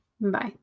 Bye